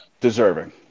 deserving